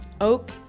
Oak